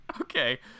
okay